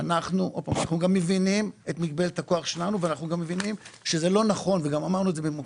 אנחנו מבינים את מגבלת הכוח שלנו ושלא נכון לחוקק.